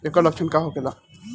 ऐकर लक्षण का होखेला?